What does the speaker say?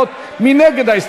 מי נגד?